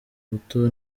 buto